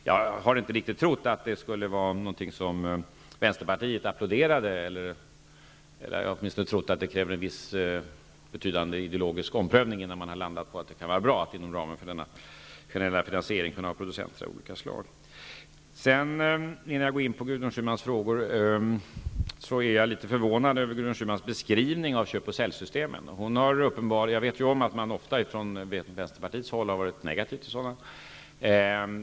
Jag har inte trott att det är någonting som Vänsterpartiet skulle applådera; jag har trott att det åtminstone kräver viss betydande ideologisk omprövning innan man landar på att det kan vara bra att inom ramen för denna generella finansiering kunna ha producenter av olika slag. Jag är litet förvånad över Gudrun Schymans beskrivning av ''köp och sälj''-systemen. Jag vet ju att man från Vänsterpartiet ofta har varit negativ till sådana.